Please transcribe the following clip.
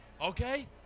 Okay